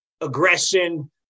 aggression